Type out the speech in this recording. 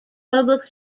public